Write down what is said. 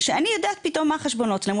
כשאני יודעת פתאום מה החשבונות שלהם,